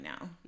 now